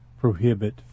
prohibit